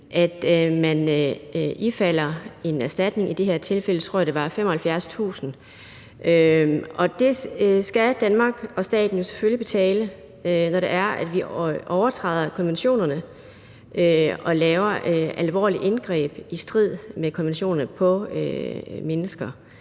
at man ifalder en erstatning. I det her tilfælde tror jeg, det var 75.000 kr., og det skal Danmark og staten jo selvfølgelig betale, når det er, vi overtræder konventionerne og laver alvorlige indgreb i strid med konventionerne på mennesker.